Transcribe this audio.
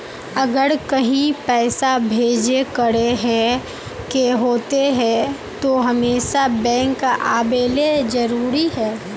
अगर कहीं पैसा भेजे करे के होते है तो हमेशा बैंक आबेले जरूरी है?